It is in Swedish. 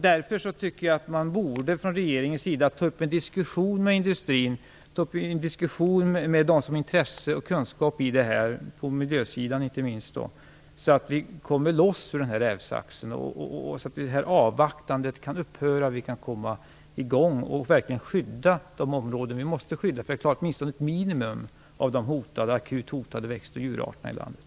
Därför borde man från regeringens sida ta upp en diskussion med industrin, med dem som har intresse och kunskap i det här, inte minst på miljösidan, så att vi kommer loss från den här rävsaxen, att det här avvaktandet kan upphöra, att vi kan komma i gång och verkligen skydda de områden vi måste skydda för att klara åtminstone ett minimum av de akut hotade djur och växtarterna i landet.